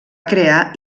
crear